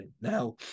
Now